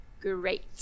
Great